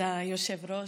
כבוד היושב-ראש,